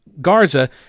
Garza